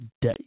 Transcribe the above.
day